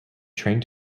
trained